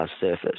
surface